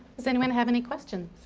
does anyone have any questions?